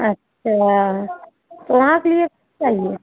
अच्छा कहाँ के लिए चाहिए